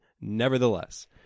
Nevertheless